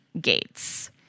gates